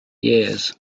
years